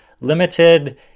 Limited